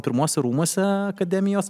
pirmuose rūmuose akademijos